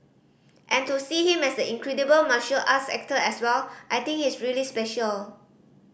and to see him as the incredible martial arts actor as well I think he's really special